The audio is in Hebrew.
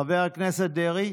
חבר הכנסת דרעי,